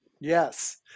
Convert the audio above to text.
Yes